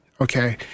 okay